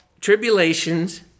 tribulations